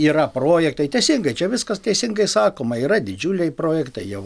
yra projektai teisingai čia viskas teisingai sakoma yra didžiuliai projektai jau